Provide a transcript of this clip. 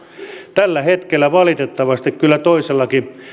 tällä hetkellä valitettavasti kyllä toisellakin